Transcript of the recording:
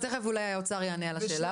אז תיכף אולי משרד האוצר יענה על השאלה